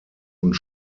und